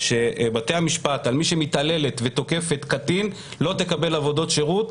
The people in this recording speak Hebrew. שמי שמתעללת ותוקפת קטין תקבל עבודות שירות.